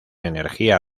energía